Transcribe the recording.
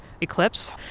eclipse